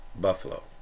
Buffalo